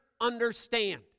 understand